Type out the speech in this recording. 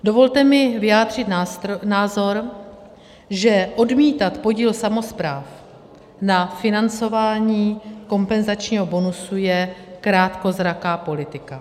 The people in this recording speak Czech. Dovolte mi vyjádřit názor, že odmítat podíl samospráv na financování kompenzačního bonusu je krátkozraká politika.